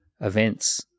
events